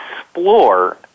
explore